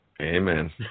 Amen